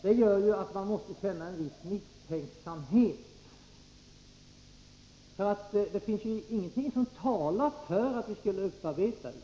Det gör också att man måste känna en viss misstänksamhet. Ingenting talar ju för att vi skall upparbeta.